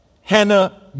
Hannah